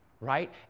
Right